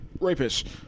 rapist